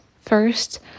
first